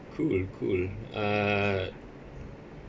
cool cool uh